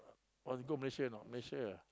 want to go Malaysia or not Malaysia